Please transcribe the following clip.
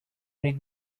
need